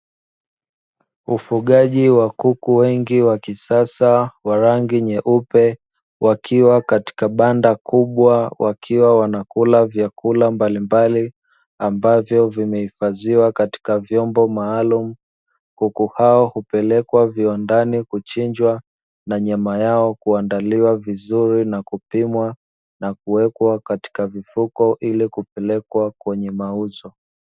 Ufugaji wa kuku wengi wa kisasa wa rangi nyeupe wakiwa katika banda kubwa wakiwa wanakula vyakula mbalimbali ambavyo vimehifadhiwa katika vyombo maalumu, kuku hao upelekwa viwandani kuchinjwa na nyama yao kuandaliwa vizuri na kupimwa na kuwekwa katika vifuko ili kupelekwa kwenye mauzo.